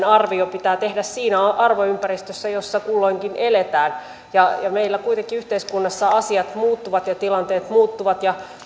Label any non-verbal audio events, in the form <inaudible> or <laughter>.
<unintelligible> arvio pitää tehdä siinä arvoympäristössä jossa kulloinkin eletään meillä kuitenkin yhteiskunnassa asiat muuttuvat ja tilanteet muuttuvat ja